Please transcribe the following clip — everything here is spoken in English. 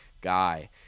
guy